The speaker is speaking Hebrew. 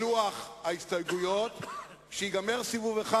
אדוני היושב-ראש, כנסת נכבדה,